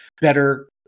better